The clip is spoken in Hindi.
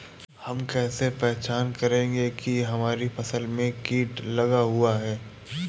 हम कैसे पहचान करेंगे की हमारी फसल में कीट लगा हुआ है?